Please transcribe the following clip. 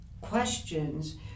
questions